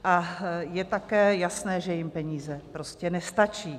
A je také jasné, že jim peníze prostě nestačí.